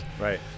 right